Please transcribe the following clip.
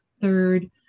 third